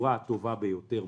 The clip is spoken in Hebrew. בצורה הטובה ביותר,